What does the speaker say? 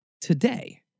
today